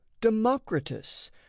Democritus